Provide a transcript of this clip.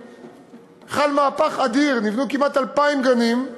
חל מהפך אדיר: נבנו כמעט 2,000 גנים.